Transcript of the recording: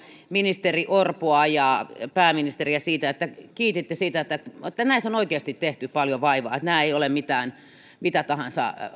ministeri orpoa ja pääministeriä siitä että kiititte siitä että näissä on oikeasti nähty paljon vaivaa että nämä eivät ole mitä tahansa